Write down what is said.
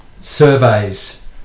surveys